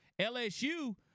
LSU